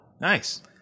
Nice